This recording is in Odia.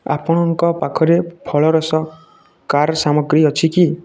ଆପଣଙ୍କ ପାଖରେ ଫଳରସ କାର୍ ସାମଗ୍ରୀ ଅଛି କି